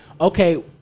okay